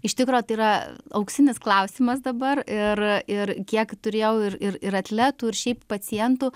iš tikro tai yra auksinis klausimas dabar ir ir kiek turėjau ir ir ir atletų ir šiaip pacientų